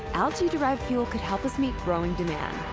algae derived fuel could help us meet growing demands.